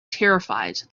terrified